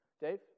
Dave